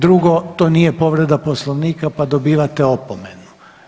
Drugo, to nije povreda Poslovnika pa dobivate opomenu.